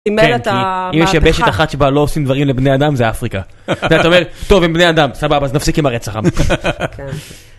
אם יש יבשת אחת שבה לא עושים דברים לבני אדם זה אפריקה. אתה אומר טוב עם בני אדם סבבה אז נפסיק עם הרצח עם.